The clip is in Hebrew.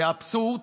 זה אבסורד,